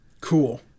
Cool